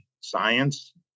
science